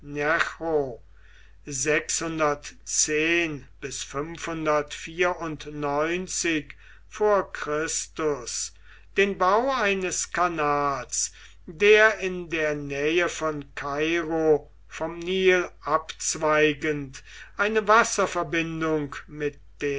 chr den bau eines kanals der in der nähe von kairo vom nil abzweigend eine wasserverbindung mit